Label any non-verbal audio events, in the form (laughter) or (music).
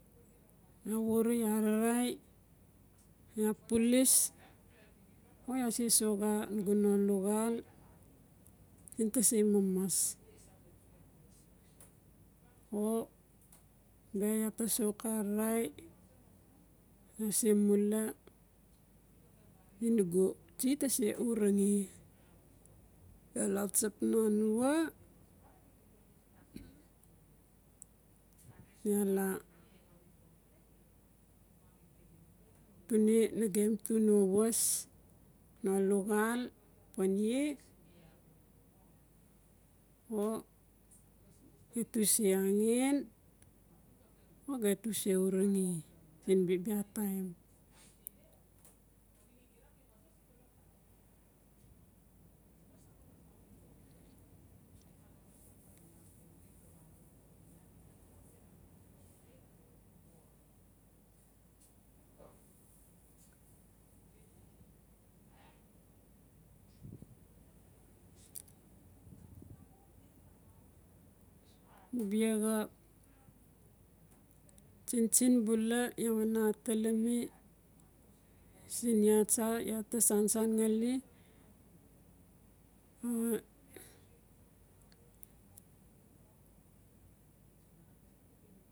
No ware arai, iaa pulis o iaa se soxa nugu no luxal siin ta se mamas. (noise) O bia iaa ta se sox ararai iaa se mula siin nugu tsi ti se uruge iaa la tsap lan anua, iaa la tuna nagem tu no was no luxal pan ie o geti u se angen, o get u se urenge siin bexa taim (hesitation) bexa tsintsin bula iaa we na atalami siin iaa tsa iaa ta sansan ngali a.